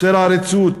יותר עריצות,